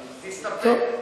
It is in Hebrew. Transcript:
יפה.